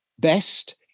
best